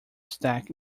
stack